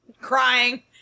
Crying